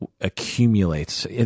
accumulates